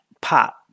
pop